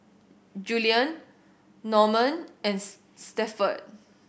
Julian Normand and Stafford